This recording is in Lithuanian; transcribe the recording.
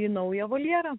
į naują voljerą